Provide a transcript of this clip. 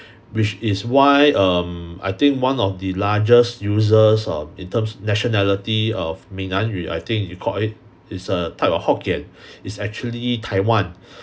which is why um I think one of the largest users of in terms nationality of 闽南语 I think you called it it's a type of hokkien is actually taiwan